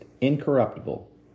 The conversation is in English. incorruptible